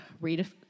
read